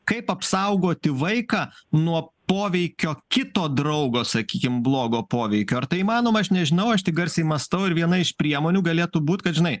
kaip apsaugoti vaiką nuo poveikio kito draugo sakykim blogo poveikio ar tai įmanoma aš nežinau aš tik garsiai mąstau ir viena iš priemonių galėtų būt kad žinai